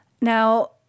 Now